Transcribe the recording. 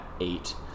eight